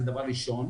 זה דבר ראשון,